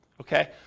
okay